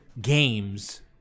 games